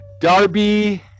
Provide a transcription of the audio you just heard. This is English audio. Darby